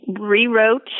rewrote